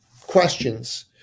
questions